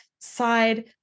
Side